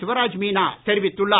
சிவராஜ் மீனா தெரிவித்துள்ளார்